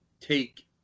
take